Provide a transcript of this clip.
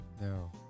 No